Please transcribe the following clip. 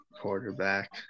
quarterback